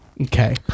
Okay